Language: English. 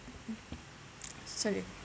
sorry